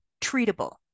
treatable